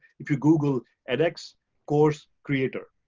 if you google edx course creator.